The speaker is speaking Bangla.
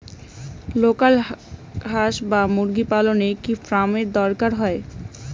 লোকাল হাস বা মুরগি পালনে কি ফার্ম এর দরকার হয়?